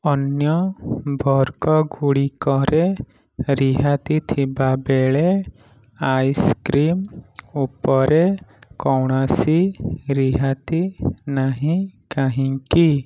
ଅନ୍ୟ ବର୍ଗଗୁଡ଼ିକରେ ରିହାତି ଥିବାବେଳେ ଆଇସ୍କ୍ରିମ୍ ଉପରେ କୌଣସି ରିହାତି ନାହିଁ କାହିଁକି